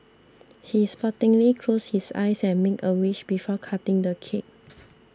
he sportingly closed his eyes and made a wish before cutting the cake